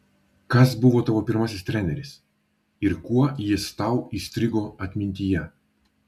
kas buvo tavo pirmasis treneris ir kuo jis tau įstrigo atmintyje